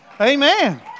Amen